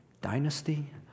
Dynasty